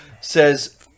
says